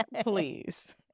Please